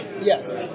Yes